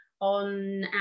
on